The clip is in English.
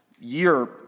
year